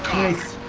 eyes